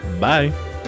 Bye